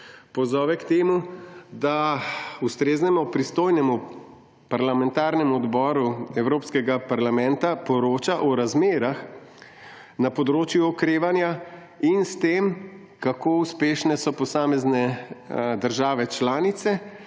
pozove k temu, da ustreznemu pristojnemu parlamentarnemu odboru Evropskega parlamenta poroča o razmerah na področju okrevanja in s tem, kako uspešne so posamezne države članice